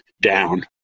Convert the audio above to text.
down